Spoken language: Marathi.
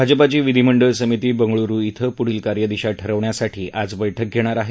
भाजपाची विधीमंडळ समिती बंगळुरु इथं पुढील कार्यदिशा ठरवण्यासाठी आज बैठक घेणार आहे